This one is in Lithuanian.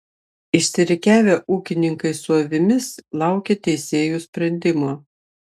išsirikiavę ūkininkai su avimis laukė teisėjų sprendimo